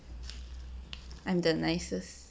I'm the nicest